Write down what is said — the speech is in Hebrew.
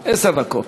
עשר דקות.